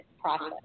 process